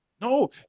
No